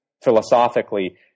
philosophically